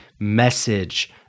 message